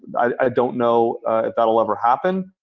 i don't know if that will ever happen.